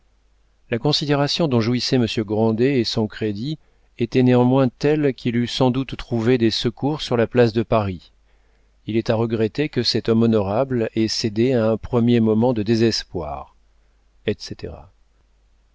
la considération dont jouissait monsieur grandet et son crédit étaient néanmoins tels qu'il eût sans doute trouvé des secours sur la place de paris il est à regretter que cet homme honorable ait cédé à un premier moment de désespoir etc